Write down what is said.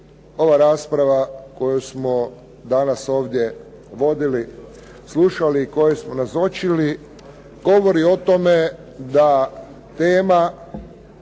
ova rasprava koju smo danas ovdje vodili, slušali, kojoj smo nazočili, govori o tome da tema,